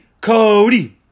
Cody